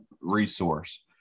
resource